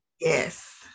Yes